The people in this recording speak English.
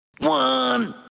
One